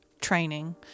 training